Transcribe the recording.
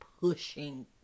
pushing